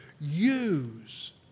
Use